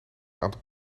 aantal